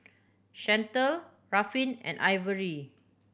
Chantal Ruffin and Ivory